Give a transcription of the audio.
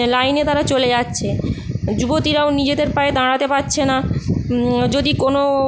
লাইনে তারা চলে যাচ্ছে যুবতীরাও নিজেদের পায়ে দাঁড়াতে পারছে না যদি কোনো